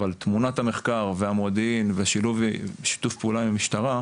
אבל תמונת המחקר והמודיעין ושילוב שיתוף פעולה עם המשטרה.